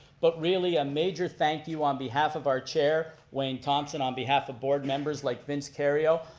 but really a major thank you on behalf of our chair, wayne thomson, on behalf of board members like vince kerrio,